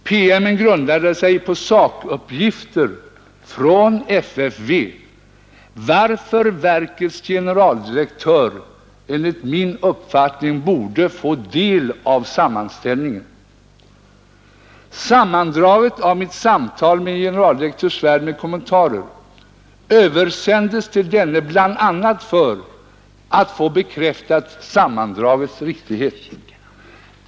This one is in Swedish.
PM:n grundade sig på sakuppgifter från FFV, varför verkets generaldirektör enligt min uppfattning borde få del av sammanställningen. Sammandraget av mitt samtal med generaldirektör Svärd med kommentarer översändes till denne bl.a. för att få bekräftat sammandragets riktighet.